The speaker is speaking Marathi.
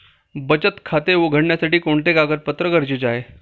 बचत खाते उघडण्यासाठी कोणते कागदपत्रे गरजेचे आहे?